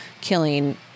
killing